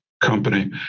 company